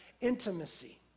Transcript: intimacy